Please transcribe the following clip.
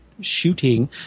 shooting